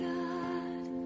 God